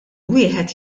wieħed